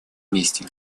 месте